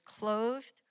clothed